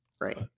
Right